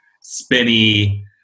spinny